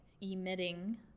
emitting